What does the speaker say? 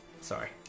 sorry